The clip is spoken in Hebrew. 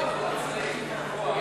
וקבוצת סיעת חד"ש לפרק ג' סימן א'